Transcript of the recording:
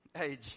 Age